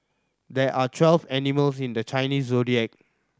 there are twelve animals in the Chinese Zodiac